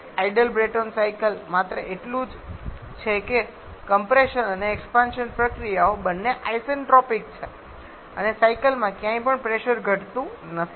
એક ideal Brayton cycle માત્ર એટલું જ છે કે કમ્પ્રેશન અને એક્સપાન્શન પ્રક્રિયાઓ બંને આઈસેન્ટ્રોપિક છે અને સાયકલમાં ક્યાંય પણ પ્રેશર ઘટતું નથી